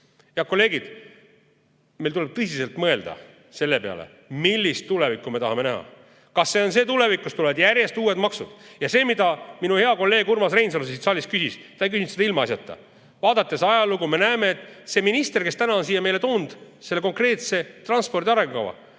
Head kolleegid! Meil tuleb tõsiselt mõelda selle peale, millist tulevikku me tahame näha. Kas see on see tulevik, kus tulevad järjest uued maksud? Ja see, mida minu hea kolleeg Urmas Reinsalu siin saalis küsis, ta ei küsinud ilmaasjata: vaadates ajalugu, me näeme, et see minister, kes täna siia on meile toonud selle konkreetse transpordi arengukava,